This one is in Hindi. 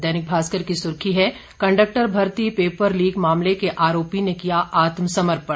दैनिक भास्कर की सुर्खी है कंडक्टर भर्ती पेपर लीक मामले के आरोपी ने किया आत्मसमर्पण